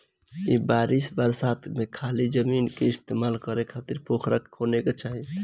ए बरिस बरसात में खाली जमीन के इस्तेमाल करे खातिर पोखरा खोने के चाही